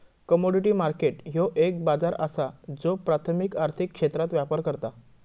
commodity market ह्यो एक बाजार असा ज्यो प्राथमिक आर्थिक क्षेत्रात व्यापार करता